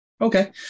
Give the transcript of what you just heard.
okay